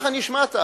ככה נשמעת,